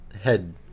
head